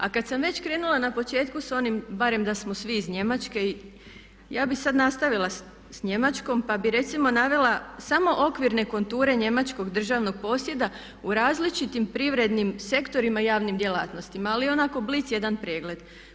A kad sam već krenula na početku sa onim barem da smo svi iz Njemačke ja bih sad nastavila sa Njemačkom, pa bih recimo navela samo okvirne konture njemačkog državnog posjeda u različitim privrednim sektorima i javnim djelatnostima, ali onako blic jedan pregled.